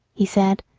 he said,